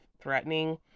threatening